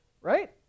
right